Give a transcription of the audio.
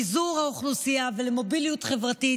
לפיזור האוכלוסייה ולמוביליות חברתית.